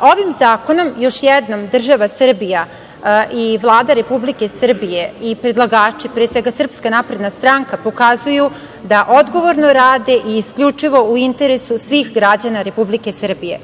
Ovim zakonom, još jednom, država Srbija i Vlada Republike Srbije i predlagači, pre svega SNS, pokazuju da odgovorno rade i isključivo u interesu svih građana Republike Srbije.